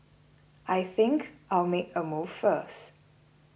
I think I'll make a move first